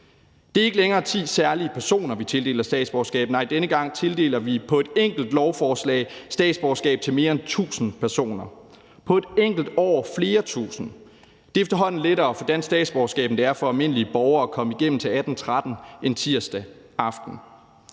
Det er ikke længere ti særlige personer, vi tildeler statsborgerskab. Nej, denne gang tildeler vi på et enkelt lovforslag statsborgerskab til mere end 1.000 personer, på et enkelt år flere tusinde. Det er efterhånden lettere at få dansk statsborgerskab, end det er for almindelige borgere at komme igennem til 1813 en tirsdag aften.